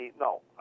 No